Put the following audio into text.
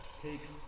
takes